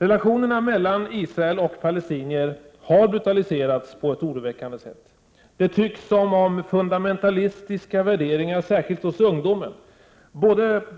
Relationerna mellan Israel och palestinierna har brutaliserats på ett oroväckande sätt. Det tycks som om fundamentalistiska värderingar, särskilt hos ungdomen,